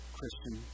Christian